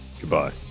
Goodbye